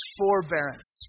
forbearance